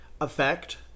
effect